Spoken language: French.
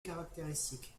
caractéristique